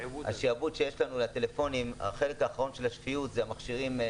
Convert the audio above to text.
בשעבוד שלנו לטלפונים זאת הבחירה.